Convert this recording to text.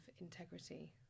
integrity